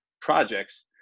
projects